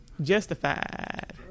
Justified